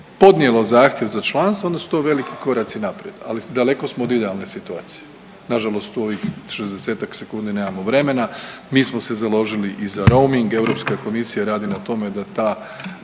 podnijelo zahtjev za članstvo onda su to veliki koraci naprijed, ali daleko smo od idealne situacije. Nažalost u ovih 60-ak sekundi nemamo vremena, mi smo se založili i za roaming. Europska komisija radi na tome da ta